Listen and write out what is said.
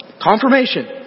Confirmation